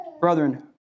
Brethren